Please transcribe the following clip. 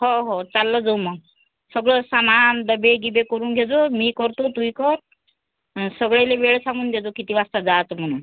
हो हो चाललं जाऊ मंग सगळं सामान डबे गिबे करून घेजो मी ही करतो तुही कर न सगळ्यांना वेळ सांगून दे जो किती वाजता जायचं म्हणून